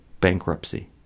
bankruptcy